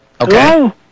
Okay